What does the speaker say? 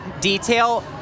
detail